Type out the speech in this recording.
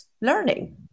learning